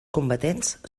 combatents